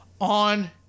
on